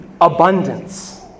abundance